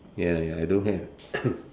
ya ya I don't have